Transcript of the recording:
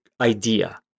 idea